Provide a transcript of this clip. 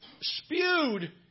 spewed